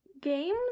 games